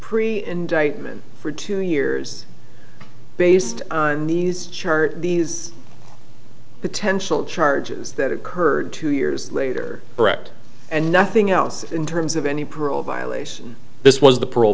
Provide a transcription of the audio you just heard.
pre indictment for two years based on these chart these potential charges that occurred two years later brett and nothing else in terms of any parole violation this was the par